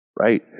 Right